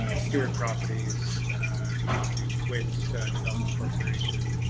stewart properties we talked to quinn's development corporation.